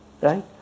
Right